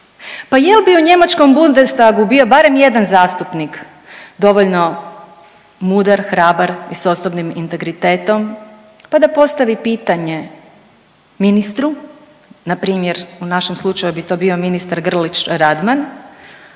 Pa jel' bi u njemačkom Bundestagu bio barem jedan zastupnik dovoljno mudar, hrabar i sa osobnim integritetom, pa da postavi pitanje ministru na primjer u našem slučaju bi to bio ministar Grlić Radman